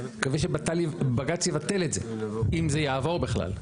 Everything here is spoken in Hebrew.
אני מקווה שבג"ץ יבטל את זה, אם זה יעבור בכלל.